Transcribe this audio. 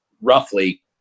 roughly